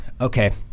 Okay